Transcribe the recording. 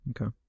Okay